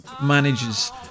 manages